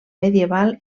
medieval